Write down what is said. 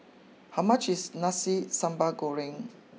how much is Nasi Sambal Goreng